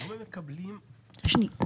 שנייה,